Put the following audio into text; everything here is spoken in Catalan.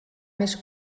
més